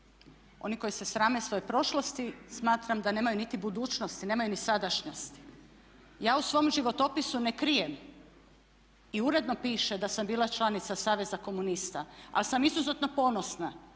Oni koji se srame svoje prošlosti smatram da nemaju niti budućnosti, nemaju ni sadašnjosti. Ja u svom životopisu ne krijem i uredno piše da sam bila članica Saveza komunista ali sam izuzetno ponosna